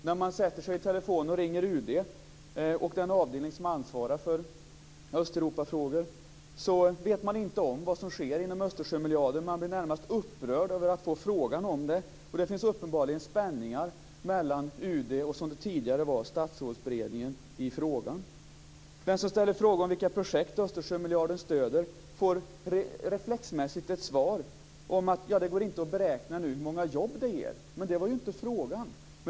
När man sätter sig vid telefonen och ringer UD och den avdelning som ansvarar för Östeuropafrågor upptäcker man att de inte vet vad som sker inom Östersjömiljarden. Man blir närmast upprörd över att få frågan om den. Det finns uppenbarligen spänningar mellan UD och, som det tidigare var, Statsrådsberedningen i frågan. Den som ställer frågor om vilka projekt Östersjömiljarden stöder får reflexmässigt ett svar om att det inte går att beräkna hur många jobb det ger. Men det var inte frågan.